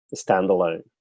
standalone